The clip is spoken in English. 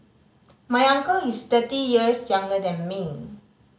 my uncle is thirty years younger than me